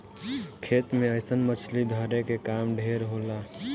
खेत मे अइसन मछली धरे के काम ढेर होला